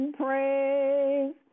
praise